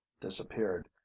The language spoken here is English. disappeared